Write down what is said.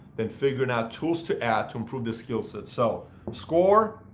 then figuring out tools to add to improve this skill set. so score,